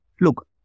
Look